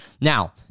Now